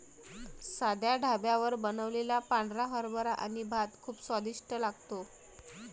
साध्या ढाब्यावर बनवलेला पांढरा हरभरा आणि भात खूप स्वादिष्ट लागतो